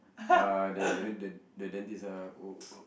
uh the the the dentist uh